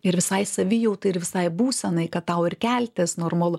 ir visai savijautai ir visai būsenai kad tau ir keltis normalu